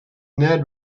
ned